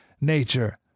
nature